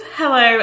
hello